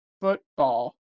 football